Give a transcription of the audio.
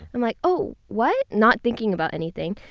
i'm like, oh, what? not thinking about anything.